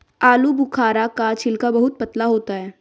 आलूबुखारा का छिलका बहुत पतला होता है